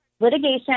litigation